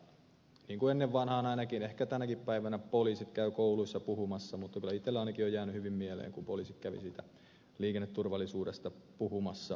niin kuin ennen vanhaan ainakin ehkä tänäkin päivänä poliisit käyvät kouluissa puhumassa mutta kyllä itselleni on ainakin hyvin jäänyt mieleen kun poliisit kävivät siitä liikenneturvallisuudesta puhumassa koululaiselle